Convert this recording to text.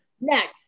next